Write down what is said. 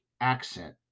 accent